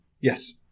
Yes